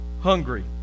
hungry